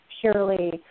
purely